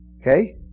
Okay